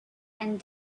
and